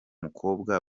mukobwa